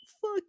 fuck